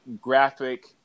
graphic